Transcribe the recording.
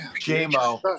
J-Mo